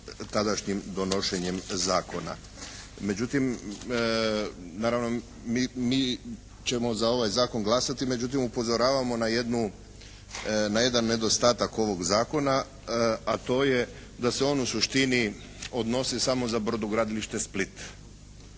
tadašnjim donošenjem zakona. Međutim, naravno mi ćemo za ovaj zakon glasati. Međutim, upozoravamo na jedan nedostatak ovog zakona a to je da se on u suštini odnosi samo za Brodogradilište Split